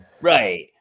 Right